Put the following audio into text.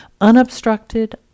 unobstructed